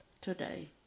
today